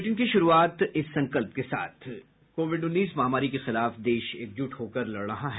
bulletin की शुरूआत इस संकल्प के साथ कोविड उन्नीस महामारी के खिलाफ देश एकजुट होकर लड़ रहा है